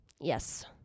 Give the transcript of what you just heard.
yes